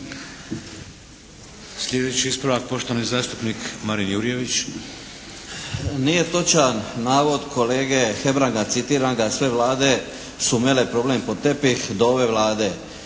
Sljedeći ispravak, poštovani zastupnik Marin Jurjević. **Jurjević, Marin (SDP)** Nije točan navod kolege Hebranga, citiram ga: "Sve Vlade su mele problem pod tepih, do ove Vlade."